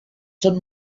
són